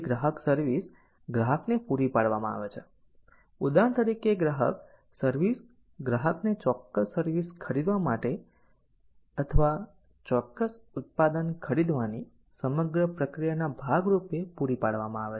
તેથી ગ્રાહક સર્વિસ ગ્રાહકને પૂરી પાડવામાં આવે છે ઉદાહરણ તરીકે ગ્રાહક સર્વિસ ગ્રાહકને ચોક્કસ સર્વિસ ખરીદવા અથવા ચોક્કસ ઉત્પાદન ખરીદવાની સમગ્ર પ્રક્રિયાના ભાગરૂપે પૂરી પાડવામાં આવે છે